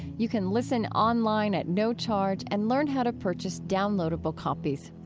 you can listen online at no charge and learn how to purchase downloadable copies.